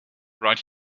right